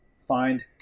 find